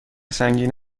سنگین